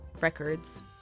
records